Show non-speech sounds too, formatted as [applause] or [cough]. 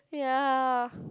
ya [breath]